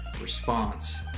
response